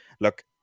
look